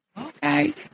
okay